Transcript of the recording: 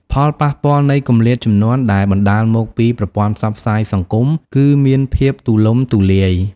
ផលប៉ះពាល់នៃគម្លាតជំនាន់ដែលបណ្តាលមកពីប្រព័ន្ធផ្សព្វផ្សាយសង្គមគឺមានភាពទូលំទូលាយ។